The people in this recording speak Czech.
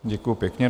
Děkuji pěkně.